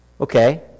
Okay